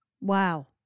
Wow